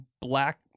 black